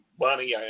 money